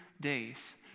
days